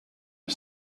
and